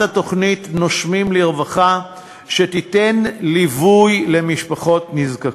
התוכנית "נושמים לרווחה" שתיתן ליווי למשפחות נזקקות.